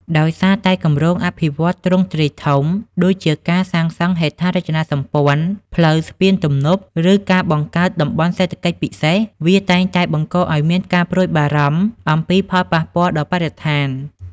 ដោយសារតែគម្រោងអភិវឌ្ឍន៍ទ្រង់ទ្រាយធំ ដូចជាការសាងសង់ហេដ្ឋារចនាសម្ព័ន្ធ ផ្លូវ ស្ពាន ទំនប់ ឬការបង្កើតតំបន់សេដ្ឋកិច្ចពិសេស វាតែងតែបង្កឱ្យមានការព្រួយបារម្ភអំពីផលប៉ះពាល់ដល់បរិស្ថាន។